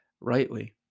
rightly